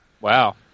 Wow